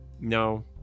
No